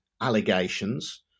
allegations